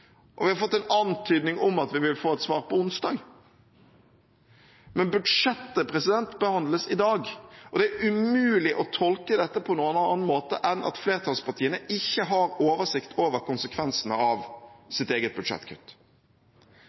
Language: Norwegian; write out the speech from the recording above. det. Vi har fått en antydning om at vi vil få et svar på onsdag, men budsjettet behandles i dag, og det er umulig å tolke dette på annen måte enn at flertallspartiene ikke har oversikt over konsekvensene av sitt eget budsjettkutt.